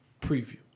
preview